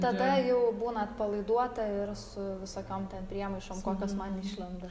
tada jau būna atpalaiduota ir su visokiom ten priemaišom kokios man išlenda